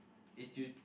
it's you